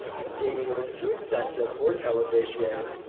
stating it was too excessive for television.